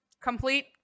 complete